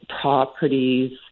properties